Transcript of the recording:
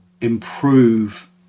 improve